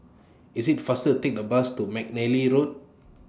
IT IS faster Take A Bus to Mcnally Road